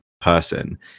person